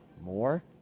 more